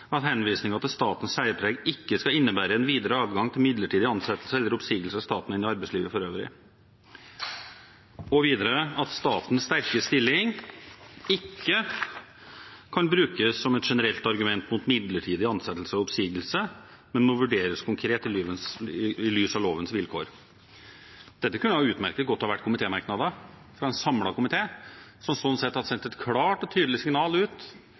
til at SV står inne på merknaden. Videre sier vi: «Statens sterke stilling kan ikke brukes som et generelt argument mot midlertidige ansettelser og oppsigelse, men må vurderes konkret i lys av lovens vilkår.» Dette kunne utmerket godt ha vært merknader fra en samlet komité, som slik sett hadde sendt et klart og tydelig signal ut